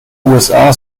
usa